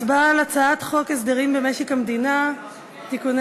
הצבעה על הצעת חוק הסדרים במשק המדינה (תיקוני